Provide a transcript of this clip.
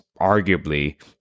arguably